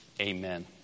Amen